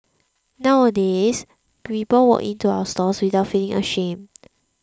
nowadays people walk in to our stores without feeling ashamed